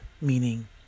meaning